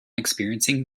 experiencing